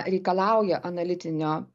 reikalauja analitinio